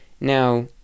Now